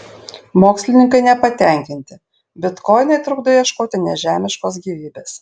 mokslininkai nepatenkinti bitkoinai trukdo ieškoti nežemiškos gyvybės